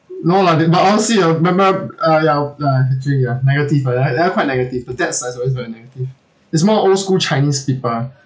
no lah they but honestly ah I remember uh ya actually ya negative ah that one that one quite negative the dad's side is always very negative it's more old school chinese people